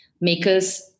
makers